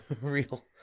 Real